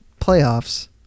playoffs